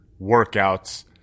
workouts